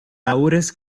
tahúres